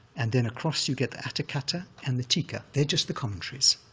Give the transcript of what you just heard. and then across you get the atthakatha and the tika. they're just the commentaries,